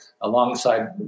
alongside –